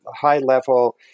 high-level